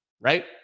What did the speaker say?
right